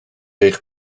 eich